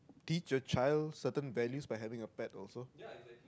teach a child certain values by having a pet also